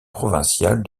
provinciale